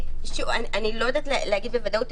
אני לא יודעת להגיד בוודאות,